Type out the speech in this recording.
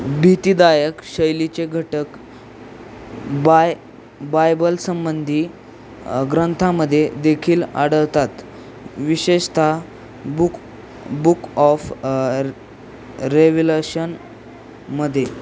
भीतीदायक शैलीचे घटक बाय बायबलसंबंधी ग्रंथामध्ये देखील आढळतात विशेषतः book book of uh revelation मध्ये